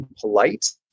polite